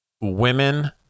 women